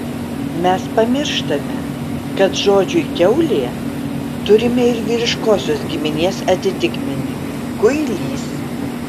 mes pamirštame kad žodžiui kiaulė turime ir vyriškosios giminės atitikmenį kuilys